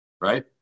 right